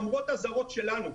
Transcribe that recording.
למרות אזהרות שלנו,